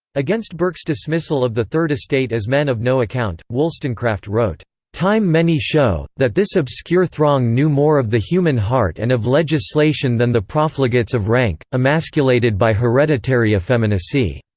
against burke's dismissal of the third estate as men of no account, wollstonecraft wrote time many show, that this obscure throng knew more of the human heart and of legislation than the profligates of rank, emasculated by hereditary effeminacy.